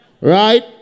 Right